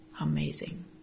Amazing